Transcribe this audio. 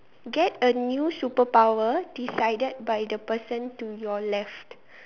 get a new superpower decided by the person to your left